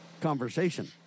conversation